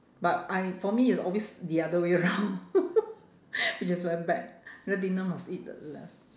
but I for me it's always the other way round it just went back then dinner must eat